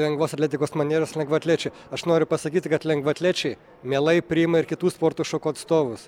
lengvosios atletikos maniežas lengvaatlečiai aš noriu pasakyti kad lengvaatlečiai mielai priima ir kitų sporto šakų atstovus